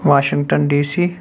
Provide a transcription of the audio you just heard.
Washington DC